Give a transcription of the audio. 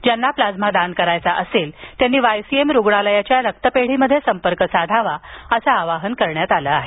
ज्यांना प्लाझ्मा दान करायचा असेल त्यांनी वायसीएम रुग्णालय रक्तपेढीमध्ये संपर्क साधण्याचं आवाहन करण्यात आलं आहे